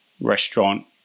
restaurant